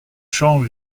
champs